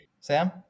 Sam